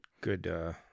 good